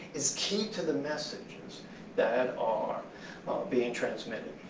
is key to the messages that are being transmitted.